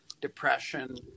depression